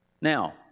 Now